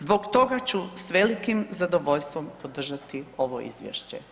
Zbog toga ću s velikim zadovoljstvom podržati ovo izvješće.